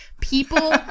people